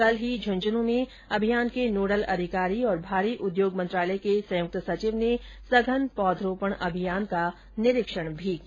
कल ही झुंझुन् में जलशक्ति अभियान के नोडल अधिकारी और भारी उद्योग मंत्रालय के संयुक्त सचिव ने सघन पौधरोपण अभियान का निरीक्षण भी किया